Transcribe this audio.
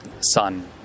son